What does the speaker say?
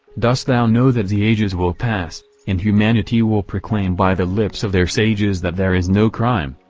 dost thou know that the ages will pass, and humanity will proclaim by the lips of their sages that there is no crime,